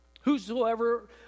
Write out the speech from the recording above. Whosoever